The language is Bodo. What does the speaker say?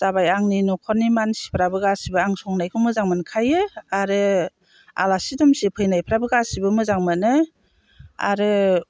जाबाय आंनि न'खरनि मानसिफोराबो गासैबो आं संनायखौ मोजां मोनखायो आरो आलासि दुमसि फैनायफ्राबो गासैबो मोजां मोनो आरो